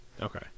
okay